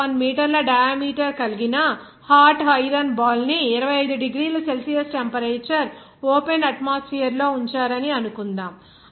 01 మీటర్ల డయామీటర్ కలిగిన hot iron ball ని 25 డిగ్రీల సెల్సియస్ టెంపరేచర్ ఓపెన్ అట్మోస్ఫియర్ లో ఉంచారని అనుకుందాం